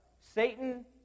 Satan